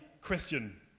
Christian